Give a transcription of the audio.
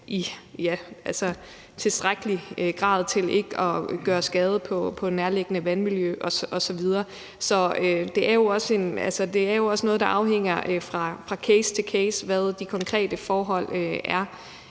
i tilstrækkelig grad til ikke at gøre skade på det nærliggende vandmiljø osv. Så det er jo også noget, der fra case til case afhænger af, hvad de konkrete forhold er.